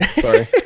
sorry